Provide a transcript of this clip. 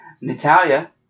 Natalia